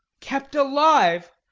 kept alive.